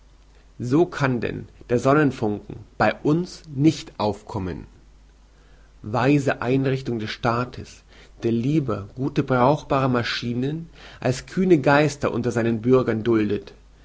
so kann denn der sonnenfunken bei uns nicht aufkommen weise einrichtung des staates der lieber gute brauchbare maschienen als kühne geister unter seinen bürgern duldet